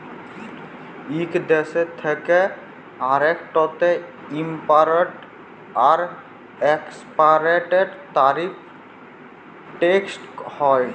ইক দ্যেশ থ্যাকে আরেকটতে ইমপরট আর একেসপরটের তারিফ টেকস হ্যয়